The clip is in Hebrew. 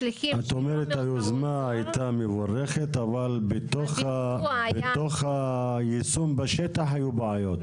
היוזמה הייתה מבורכת אבל בתוך היישום בשטח היו בעיות.